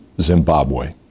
Zimbabwe